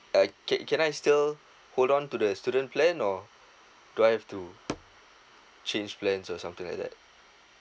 I ca~ can I still hold on to the student plan or do I have to change plans or something like that